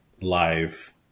live